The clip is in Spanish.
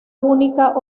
única